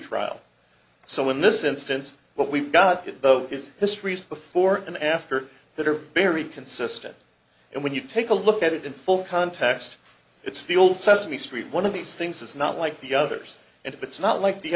trial so in this instance what we've got in the is histories before and after that are very consistent and when you take a look at it in full context it's the old sesame street one of these things is not like the others and it's not like the